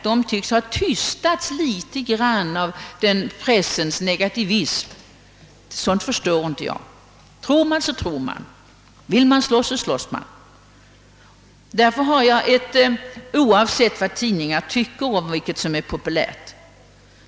De tycks ha tystats litet grand av pressens negativism,. Sådant förstår jag inte. Tror man så tror man och vill man slåss så slåss man oavsett vad tidningar tycker.